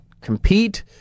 compete